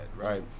right